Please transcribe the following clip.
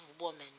woman